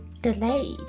delayed